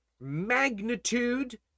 magnitude